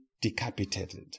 decapitated